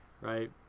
right